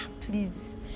Please